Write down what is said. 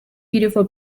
beautiful